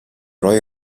roy